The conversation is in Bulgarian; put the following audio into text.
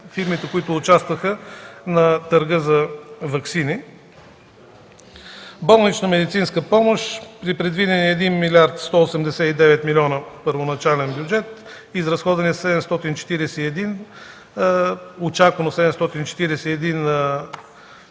фирмите, които участваха на търга за ваксини. Болнична медицинска помощ. При предвидени 1 милиард 189 милиона първоначален бюджет – изразходвани са 741, очаквано 741